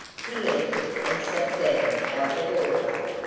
he entered and sat down by the doorway.